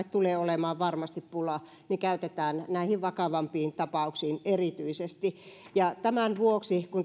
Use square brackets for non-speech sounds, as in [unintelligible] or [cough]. [unintelligible] tulee olemaan varmasti pula henkilöstöstä käytetään näihin vakavampiin tapauksiin erityisesti ja tämän vuoksi kun [unintelligible]